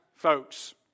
Folks